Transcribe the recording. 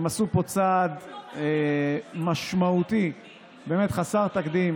הם עשו פה צעד משמעותי חסר תקדים